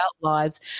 lives